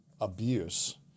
abuse